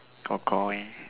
Kor-Kor eh